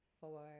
Four